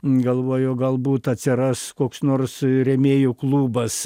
galvoju galbūt atsiras koks nors rėmėjų klubas